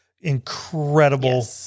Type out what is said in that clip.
incredible